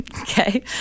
Okay